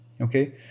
okay